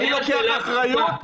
אני לוקח אחריות,